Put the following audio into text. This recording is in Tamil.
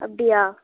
அப்படியா